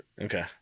Okay